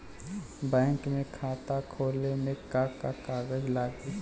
Bank में खाता खोले मे का का कागज लागी?